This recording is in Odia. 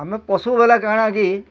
ଆମେ ପଶୁ ବେଲେ କାଣା କି